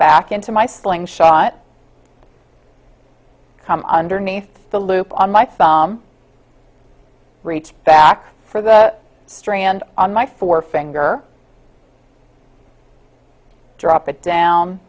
back into my slingshot come underneath the loop on my thumb reach facts for the strand on my forefinger drop it down